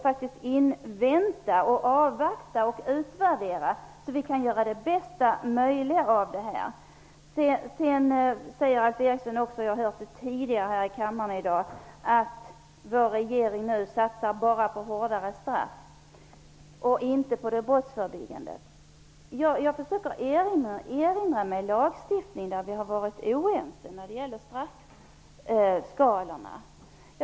Vi bör avvakta och utvärdera det, så att vi kan göra det bästa möjliga av det hela. Alf Eriksson säger -- och jag har hört det tidigare i kammaren här i dag -- att regeringen nu enbart satsar på hårdare straff och inte på det brottsförebyggande arbetet. Jag försöker erinra mig någon lagstiftning där vi har varit oense när det gäller straffskalorna.